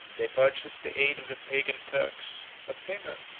they purchased the aid of the pagan turks but simeon,